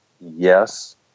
yes